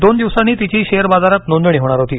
दोन दिवसांनी तिची शेअर बाजारात नोंदणी होणार होती